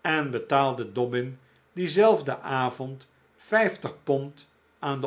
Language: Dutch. en betaalde dobbin dienzelfden avond vijftig pond aan